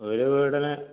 ഒരു വീടിന്